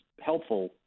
helpful